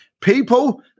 People